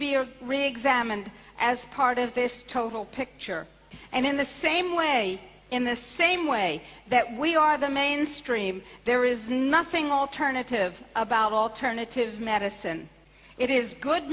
of reexamined as part of this total picture and in the same way in the same way that we are the mainstream there is nothing alternative about alternative medicine it is good